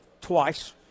twice